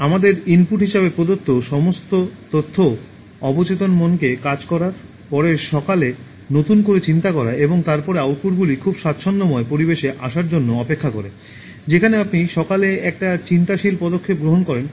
আমাদের ইনপুট হিসাবে প্রদত্ত সমস্ত তথ্য অবচেতন মনকে কাজ করার পরে সকালে নতুন করে চিন্তা করা এবং তারপরে আউটপুটগুলি খুব স্বাচ্ছন্দ্যময় পরিবেশে আসার জন্য অপেক্ষা করে যেখানে আপনি সকালে একটা চিন্তাশীল পদক্ষেপ গ্রহণ করেন